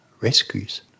rescues